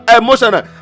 emotional